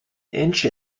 inch